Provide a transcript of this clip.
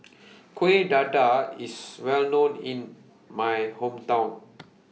Kuih Dadar IS Well known in My Hometown